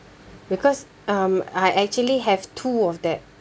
because um I actually have two of that